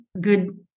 good